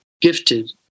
gifted